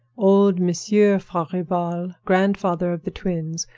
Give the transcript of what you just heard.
old monsieur farival, grandfather of the twins,